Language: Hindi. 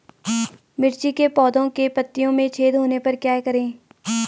मिर्ची के पौधों के पत्तियों में छेद होने पर क्या करें?